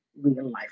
real-life